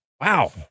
wow